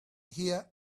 here